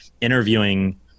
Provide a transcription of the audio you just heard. interviewing